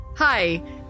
Hi